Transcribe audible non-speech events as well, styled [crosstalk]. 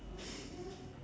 [breath]